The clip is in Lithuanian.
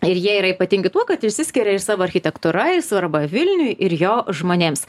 ir jie yra ypatingi tuo kad išsiskiria ir savo architektūra ir svarba vilniui ir jo žmonėms